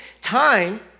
time